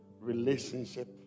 relationship